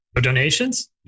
donations